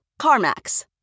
CarMax